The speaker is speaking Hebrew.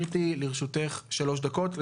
לרשותך שלוש דקות.